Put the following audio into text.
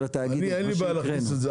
של התאגיד --- אין לי בעיה להכניס את זה.